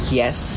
yes